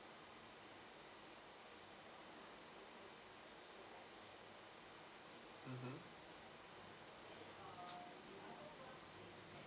mmhmm